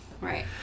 Right